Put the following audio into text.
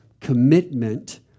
commitment